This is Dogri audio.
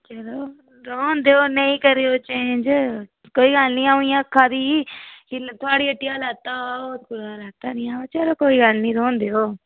चलो रौह्न देओ नेईं करेओ चेंज़ कोई गल्ल निं अं'ऊ इ'यां आक्खा दी ही कि थुआढ़ी हट्टिया लैता हा होर कुतै लैता नेईं हा चलो कोई गल्ल निं रौह्न देओ